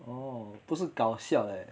哦不是搞笑 leh